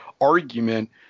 argument